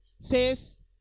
says